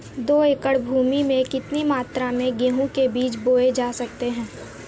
दो एकड़ भूमि में कितनी मात्रा में गेहूँ के बीज बोये जा सकते हैं?